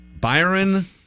Byron